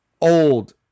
old